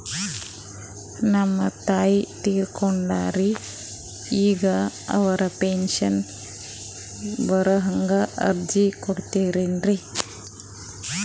ನಮ್ ತಾಯಿ ತೀರಕೊಂಡಾರ್ರಿ ಈಗ ಅವ್ರ ಪೆಂಶನ್ ಬರಹಂಗ ಅರ್ಜಿ ಕೊಡತೀರೆನು?